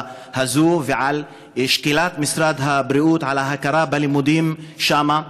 הזאת ועל שקילת משרד הבריאות את ההכרה בלימודים שם.